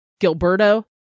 Gilberto